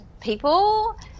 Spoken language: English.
people